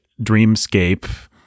dreamscape